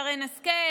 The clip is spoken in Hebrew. חברת הכנסת שרן השכל,